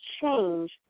change